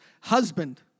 husband